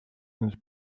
and